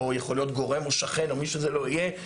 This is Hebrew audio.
יכול להיות גורם או שכן או מי שזה לא יהיה,